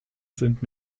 sind